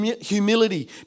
humility